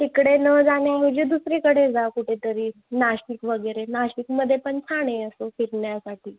तिकडे ना जाण्याऐवजी दुसरीकडे जा कुठेतरी नाशिक वगैरे नाशिकमध्ये पण छान आहे असं फिरण्यासाठी